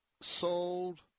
sold